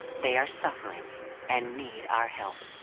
they are suffering and need our help.